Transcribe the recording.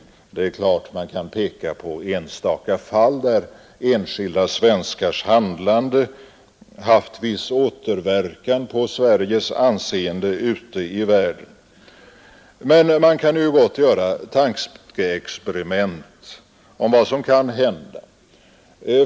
Det är klart att man kan peka på enstaka fall där enskilda svenskars handlande haft viss återverkan på Sveriges anseende ute i världen. Men man kan ju göra tankeexperiment om vad som kan hända.